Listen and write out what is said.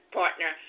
partner